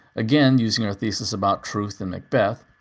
again, using our thesis about truth and macbeth,